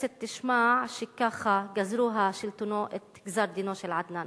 שהכנסת תשמע שככה גזרו השלטונות את גזר-דינו של עדנאן,